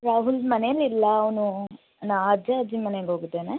ರಾಹುಲ್ ಮನೆಯಲ್ಲಿಲ್ಲ ಅವನು ನಾ ಅಜ್ಜ ಅಜ್ಜಿ ಮನೆಗೆ ಹೋಗಿದ್ದಾನೆ